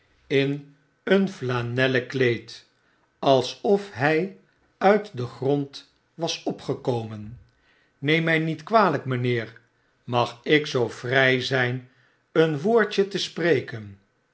in een flanellen kleed alsof hij uit den grond was opgekomen neem my niet kwalyk mynheer mag ik zoo vrij zyn een woordje te spreken